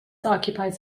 occupies